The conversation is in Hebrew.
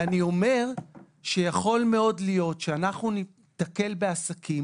אני אומר שיכול מאוד להיות שאנחנו ניתקל בעסקים